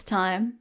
time